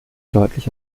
deutlich